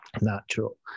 natural